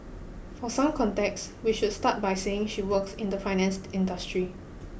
for some context we should start by saying she works in the finance industry